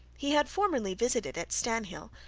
he had formerly visited at stanhill,